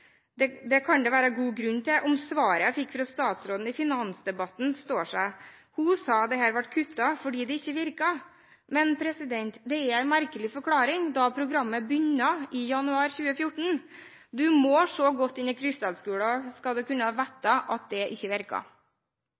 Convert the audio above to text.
dette. Det kan det være god grunn til om svaret jeg fikk fra statsråden i finansdebatten, står seg. Hun sa dette var kuttet fordi det ikke virket. Men det er en merkelig forklaring når programmet begynner i januar 2014. Du må se godt inn i krystallkulen, skal du vite at det ikke